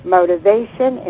Motivation